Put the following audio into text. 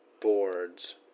boards